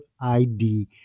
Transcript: ID